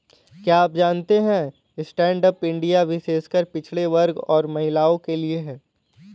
क्या आप जानते है स्टैंडअप इंडिया विशेषकर पिछड़े वर्ग और महिलाओं के लिए है?